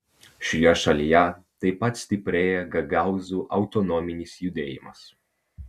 šioje šalyje taip pat stiprėja gagaūzų autonominis judėjimas